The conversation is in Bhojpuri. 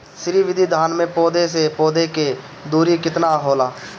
श्री विधि धान में पौधे से पौधे के दुरी केतना होला?